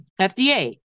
fda